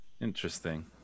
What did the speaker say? Interesting